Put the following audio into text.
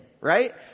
Right